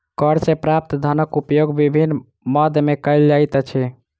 कर सॅ प्राप्त धनक उपयोग विभिन्न मद मे कयल जाइत अछि